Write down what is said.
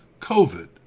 COVID